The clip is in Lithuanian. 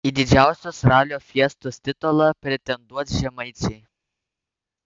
į didžiausios ralio fiestos titulą pretenduos žemaičiai